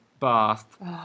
bath